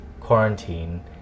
quarantine